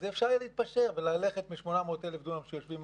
אז אפשר יהיה להתפשר וללכת מ-800,000 דונם שיושבים,